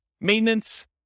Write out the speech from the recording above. Maintenance